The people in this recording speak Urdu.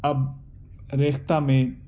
اب ریختہ میں